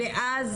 ואז,